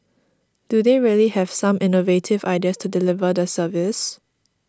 do they really have some innovative ideas to deliver the service